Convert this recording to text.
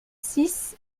six